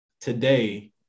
today